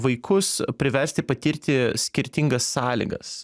vaikus priversti patirti skirtingas sąlygas